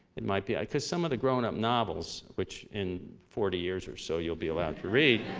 it might be cause some of the grown-up novels, which in forty years or so you'll be allowed to read,